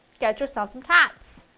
get yourself some tots!